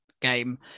game